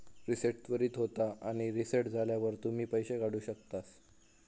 reset त्वरीत होता आणि रीसेट झाल्यावर तुम्ही पैशे काढु शकतास